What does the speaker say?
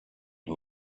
who